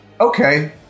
okay